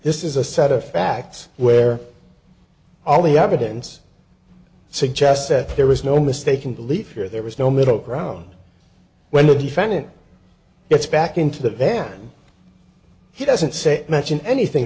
this is a set of facts where all the evidence suggests that there was no mistaken belief here there was no middle ground when the defendant gets back into the van he doesn't say mention anything